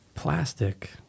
Plastic